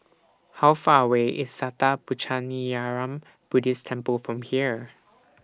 How Far away IS Sattha Puchaniyaram Buddhist Temple from here